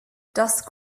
dusk